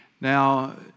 Now